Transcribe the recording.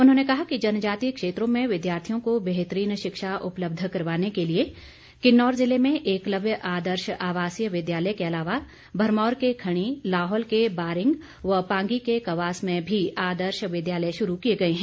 उन्होंने कहा कि जनजातीय क्षेत्रों में विद्यार्थियों को बेहतरीन शिक्षा उपलब्ध करवाने के लिए किन्नौर जिले में एकलव्य आदर्श आवासीय विद्यालय के अलावा भरमौर के खणी लाहौल के बारिंग व पांगी के कवास में भी आदर्श विद्यालय शुरू किए गए हैं